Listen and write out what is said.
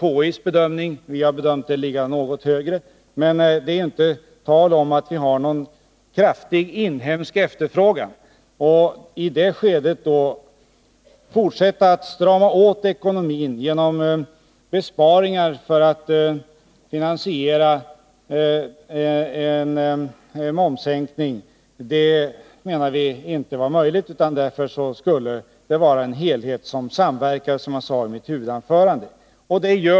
KI:s bedömning; vi har bedömt att den konsumtionen ligger något högre, men det är inte tal om att vi har någon kraftig inhemsk efterfrågan. Att i det skedet fortsätta att strama åt ekonomin genom besparingar för att kunna finansiera en momssänkning anser vi inte vara möjligt. För detta skulle behövas en samverkande helhet av åtgärder, som jag sade i mitt huvudanförande.